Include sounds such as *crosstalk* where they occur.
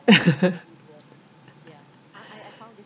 *laughs*